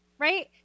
Right